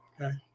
Okay